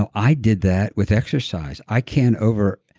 ah i did that with exercise. i can over,